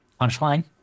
Punchline